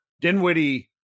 Dinwiddie